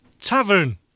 Tavern